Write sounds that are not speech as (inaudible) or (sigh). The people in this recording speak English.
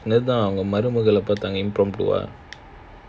(laughs) impromptu ah